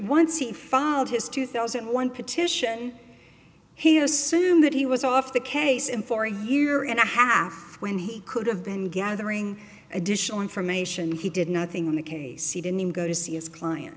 once he filed his two thousand and one petition he assumed that he was off the case and for a year and a half when he could have been gathering additional information he did nothing in the case he didn't even go to see its client